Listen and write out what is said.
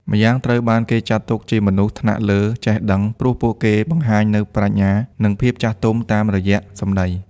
ម្យ៉ាងត្រូវបានគេចាត់ទុកជាមនុស្សថ្នាក់លើចេះដឹង ព្រោះពួកគេបង្ហាញនូវប្រាជ្ញា និងភាពចាស់ទុំតាមរយៈសម្ដី។